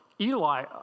Eli